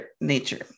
nature